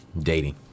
Dating